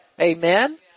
Amen